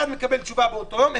אחד מקבל תשובה באותו היום,